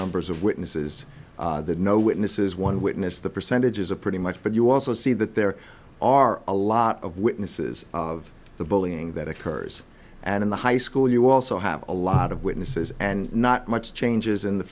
numbers of witnesses no witnesses one witness the percentages of pretty much but you also see that there are a lot of witnesses of the bullying that occurs and in the high school you also have a lot of witnesses and not much changes in the